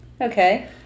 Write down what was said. Okay